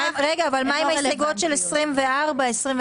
מה עם ההסתייגויות 24 ו-29?